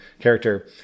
character